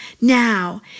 Now